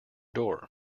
door